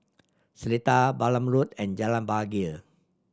Seletar Balam Road and Jalan Bahagia